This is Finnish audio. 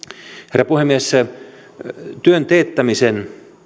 herra puhemies työn teettämisen